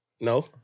No